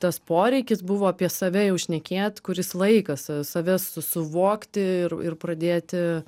tas poreikis buvo apie save jau šnekėt kuris laikas save susuvokti ir ir pradėti